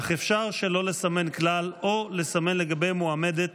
אך אפשר שלא לסמן כלל או לסמן לגבי מועמדת